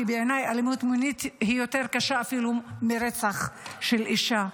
כי בעיניי אלימות מינית היא יותר קשה אפילו מרצח של אישה,